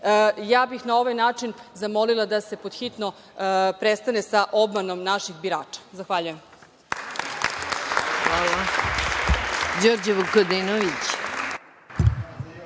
ja bih na ovaj način zamolila da se pod hitno prestane sa obmanom naših birača. Zahvaljujem.